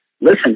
Listen